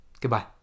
Goodbye